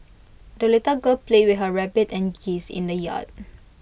the little girl played with her rabbit and geese in the yard